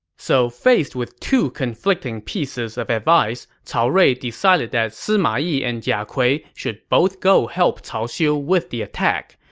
so, faced with two conflicting pieces of advice, cao rui decided that sima yi and jia kui should both go help cao xiu with the attack.